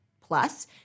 Plus